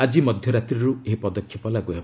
ଆଜି ମଧ୍ୟ ରାତ୍ରିରୁ ଏହି ପଦକ୍ଷେପ ଲାଗୁ ହେବ